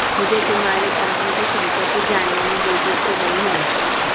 मुझे तुम्हारे कंपनी की सम्पत्ति जानने में दिलचस्पी नहीं है